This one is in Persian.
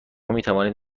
میتوانید